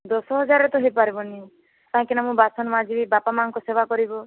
ଦଶ ହଜାରରେ ତ ହୋଇପାରିବନି କାହିଁକିନା ମୁଁ ମାନେ ବାସନ ମାଜିବି ବାପା ମାଆଙ୍କ ସେବା କରିବ